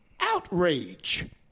outrage